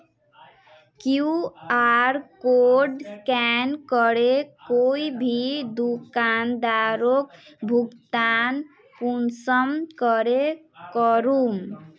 QR code scan करे कोई भी दुकानदारोक भुगतान कुंसम करे करूम?